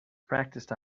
practiced